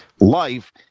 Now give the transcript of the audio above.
life